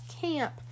camp